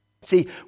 See